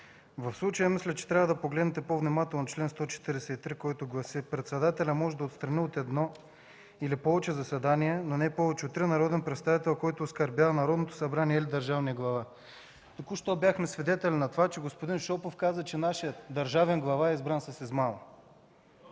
В случая мисля, че трябва да погледнете по-внимателно чл. 143, който гласи: „Председателят може да отстрани от едно или повече заседания, но не повече от три, народен представител, който оскърбява Народното събрание или държавния глава”. Току-що бяхме свидетели на това, което каза господин Шопов, че нашият държавен глава е избран с измама.